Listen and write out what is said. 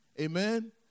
Amen